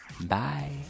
bye